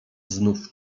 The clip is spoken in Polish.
znów